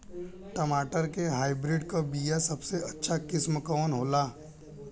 टमाटर के हाइब्रिड क बीया सबसे अच्छा किस्म कवन होला?